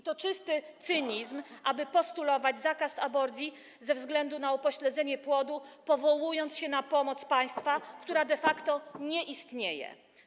I czystym cynizmem jest postulować zakaz aborcji ze względu na upośledzenie płodu, powołując się na pomoc państwa, która de facto nie istnieje.